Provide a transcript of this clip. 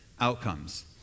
outcomes